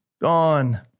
gone